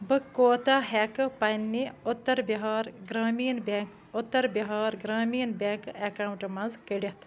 بہٕ کوتاہ ہٮ۪کہٕ پنٛنہِ Uttar Bihar Gramin Bank Uttar Bihar Gramin Bank account منٛز کٔڑِتھ